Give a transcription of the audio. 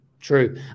True